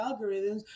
algorithms